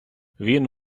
він